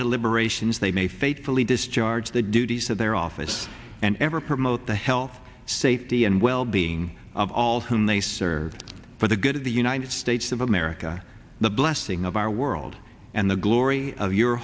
deliberations they may faithfully discharge the duties of their office and ever promote the health safety and well being of all whom they served for the good of the united states of america the blessing of our world and the glory of your